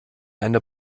eine